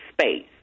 space